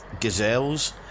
gazelles